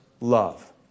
love